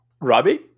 Robbie